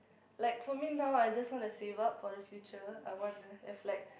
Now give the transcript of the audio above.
like for me now I just want to save up for the future I wanna have like